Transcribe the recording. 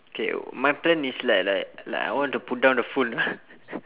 K my plan is like like like I want to put down the phone